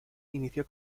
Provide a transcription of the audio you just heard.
inició